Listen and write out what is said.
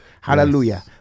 Hallelujah